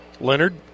Leonard